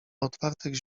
otwartych